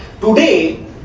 Today